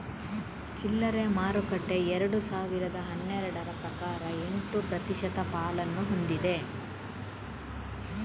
ಚಿಲ್ಲರೆ ಮಾರುಕಟ್ಟೆ ಎರಡು ಸಾವಿರದ ಹನ್ನೆರಡರ ಪ್ರಕಾರ ಎಂಟು ಪ್ರತಿಶತ ಪಾಲನ್ನು ಹೊಂದಿದೆ